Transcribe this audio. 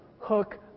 hook